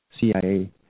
CIA